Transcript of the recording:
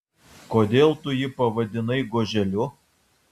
kodėl tu jį pavadinai goželiu